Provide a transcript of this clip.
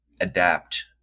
adapt